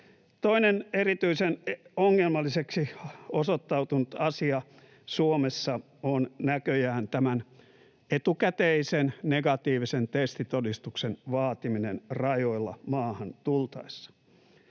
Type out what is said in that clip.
Toinen erityisen ongelmalliseksi osoittautunut asia Suomessa on näköjään tämän etukäteisen negatiivisen testitodistuksen vaatiminen rajoilla maahan tultaessa.